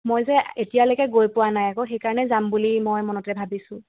মই যে এতিয়ালৈকে গৈ পোৱা নাই আকৌ সেইকাৰণে যাম বুলি মই মনতে ভাবিছো